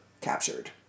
captured